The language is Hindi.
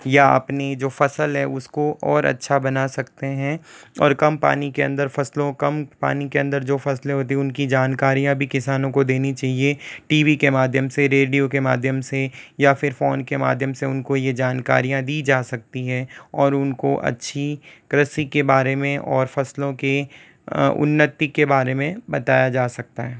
या अपनी जो फ़सल है उसको और अच्छा बना सकते हैं और कम पानी के अंदर फ़सलों कम पानी के अंदर जो फ़सलें होती हैं उनकी जानकारियाँ भी किसानों को देनी चहिए टी वी के माध्यम से रेडियो के माध्यम से या फिर फ़ोन के माध्यम से उनको यह जानकारियाँ दी जा सकती हैं और उनको अच्छी कृषि के बारे में और फ़सलों के उन्नति के बारे में बताया जा सकता है